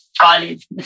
college